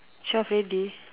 twelve already